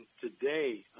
today